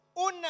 Una